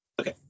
Okay